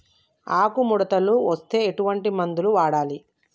ఆకులు ముడతలు వస్తే ఎటువంటి మందులు వాడాలి?